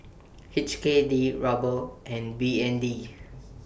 H K D Ruble and B N D